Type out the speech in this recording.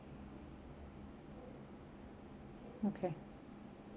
okay